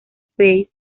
space